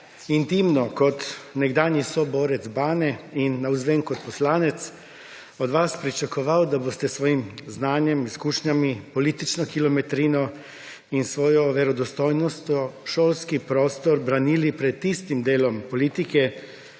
intimno kot nekdanji soborec Bane in navzven kot poslanec od vas pričakoval, da boste s svojim znanjem, izkušnjami, politično kilometrino in s svojo verodostojnostjo šolski prostor branili pred tistim delom politike,